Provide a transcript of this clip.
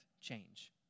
change